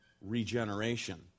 regeneration